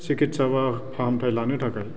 सिकित्सा बा फाहामथाय लानो थाखाय